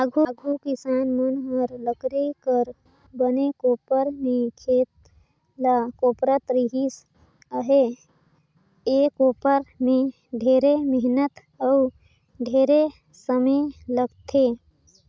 आघु किसान मन हर लकरी कर बने कोपर में खेत ल कोपरत रिहिस अहे, ए कोपर में ढेरे मेहनत अउ ढेरे समे लगथे